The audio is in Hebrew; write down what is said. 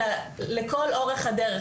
אלא לכל אורך הדרך.